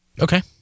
Okay